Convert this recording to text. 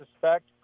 suspect